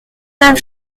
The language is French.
neuf